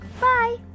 Bye